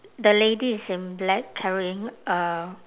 the lady is in black carrying a